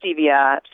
stevia